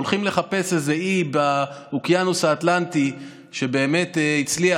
הולכים לחפש איזה אי באוקיאנוס האטלנטי שבאמת הצליח,